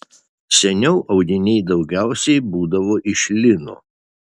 seniau audiniai daugiausiai būdavo iš lino